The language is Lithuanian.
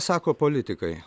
sako politikai